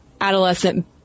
adolescent